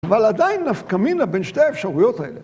אבל עדיין נפקמין לה בין שתי האפשרויות האלה.